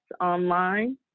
online